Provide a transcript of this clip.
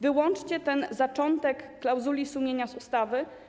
Wyłączcie ten zaczątek klauzuli sumienia z ustawy.